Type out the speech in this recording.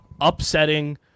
Upsetting